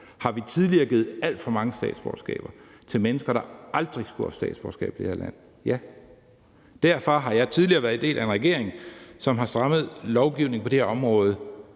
Har vi tidligere givet alt for mange statsborgerskaber til mennesker, der aldrig skulle have haft statsborgerskab, i det her land? Ja. Derfor har jeg tidligere været en del af en regering, som har strammet lovgivningen på det her område